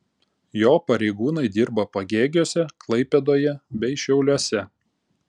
jo pareigūnai dirba pagėgiuose klaipėdoje bei šiauliuose